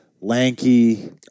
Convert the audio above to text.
lanky